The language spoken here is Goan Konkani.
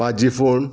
पाजीफोंड